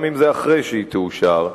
גם אם זה אחרי שהיא תאושר,